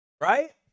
Right